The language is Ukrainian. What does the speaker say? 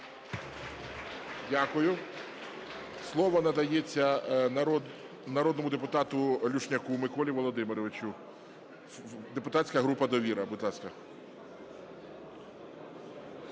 Дякую. Слово надається народному депутату Люшняку Миколі Володимировичу, депутатська група "Довіра", будь ласка.